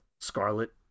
Scarlet